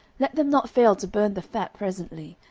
let them not fail to burn the fat presently,